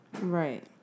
Right